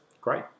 great